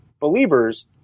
believers